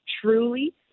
truly